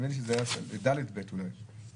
נדמה לי שזה היה (ד)(ב) אולי כן,